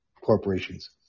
corporations